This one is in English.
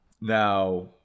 Now